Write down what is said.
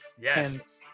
yes